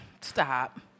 stop